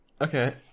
Okay